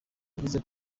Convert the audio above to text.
yavuze